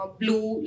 blue